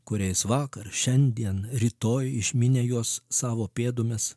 kuriais vakar šiandien rytoj išmynę juos savo pėdomis